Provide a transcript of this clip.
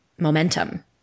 momentum